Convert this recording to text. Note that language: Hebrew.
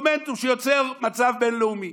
מומנטום שיוצר מצב בין-לאומי.